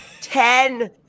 ten